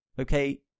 okay